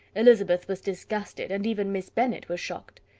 elizabeth was disgusted, and even miss bennet was shocked.